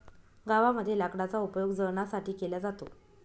गावामध्ये लाकडाचा उपयोग जळणासाठी केला जातो